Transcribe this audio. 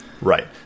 Right